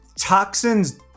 toxins